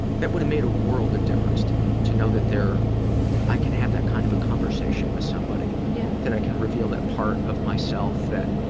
that would have made a world of difference to me to know that i can have that kind of a conversation with somebody, yeah that i can reveal that part of myself that